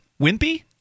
Wimpy